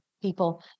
people